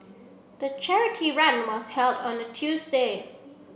the charity run was held on a Tuesday